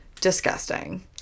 Disgusting